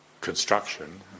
construction